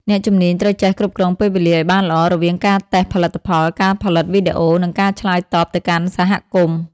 អ្នកជំនាញត្រូវចេះគ្រប់គ្រងពេលវេលាឱ្យបានល្អ រវាងការតេស្តផលិតផល ការផលិតវីដេអូ និងការឆ្លើយតបទៅកាន់សហគមន៍។